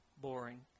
boring